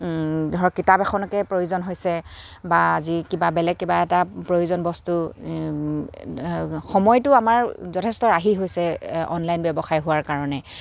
ধৰক কিতাপ এখনকে প্ৰয়োজন হৈছে বা আজি কিবা বেলেগ কিবা এটা প্ৰয়োজন বস্তু সময়টো আমাৰ যথেষ্ট ৰাহি হৈছে অনলাইন ব্যৱসায় হোৱাৰ কাৰণে